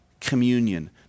communion